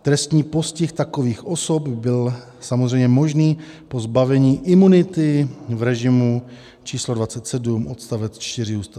Trestní postih takových osob by byl samozřejmě možný po zbavení imunity v režimu číslo 27 odst. 4 Ústavy.